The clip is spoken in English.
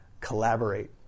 collaborate